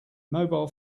mobile